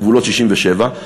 גבולות 67',